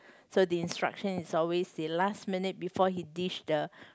so the instruction is always the last minute before he dish the